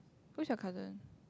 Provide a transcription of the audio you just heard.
who is your cousin